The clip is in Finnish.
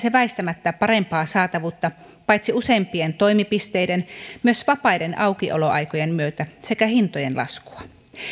se väistämättä parempaa saatavuutta paitsi useampien toimipisteiden myös vapaiden aukioloaikojen myötä sekä hintojen laskua